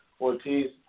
Ortiz